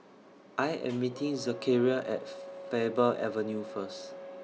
I Am meeting Zechariah At Faber Avenue First